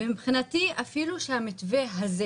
מבחינתי אפילו שהמתווה הזה